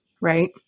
right